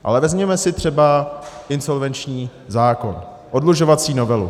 Ale vezměme si třeba insolvenční zákon, oddlužovací novelu.